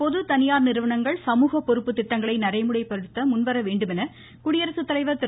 பொது தனியார் நிறுவனங்கள் சமூகப் பொறுப்பு திட்டங்களை நடைமுறைப்படுத்த முன்வர வேண்டும் என குடியரசுத்தலைவர் திரு